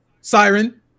Siren